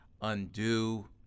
undo